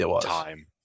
time